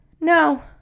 No